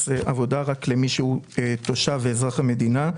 עבודה רק למי שהוא תושב ואזרח המדינה,